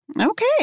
Okay